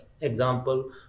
example